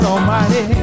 Almighty